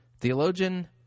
Theologian